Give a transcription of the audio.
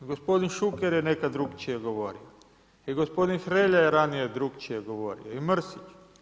Gospodin Šuker je nekad drugačije govorio i gospodin Hrelja je ranije drugačije govorio i Mrsić.